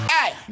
Hey